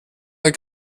der